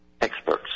experts